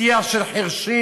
שיח של חירשים,